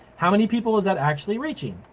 how many people is that actually reaching?